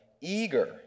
eager